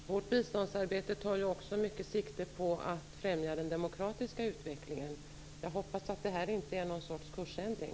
Fru talman! Vårt biståndsarbete tar i mycket också sikte på att främja den demokratiska utvecklingen. Jag hoppas att det här inte är någon sorts kursändring.